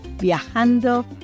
Viajando